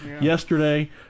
yesterday